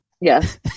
Yes